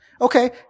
Okay